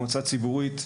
מועצה ציבורית,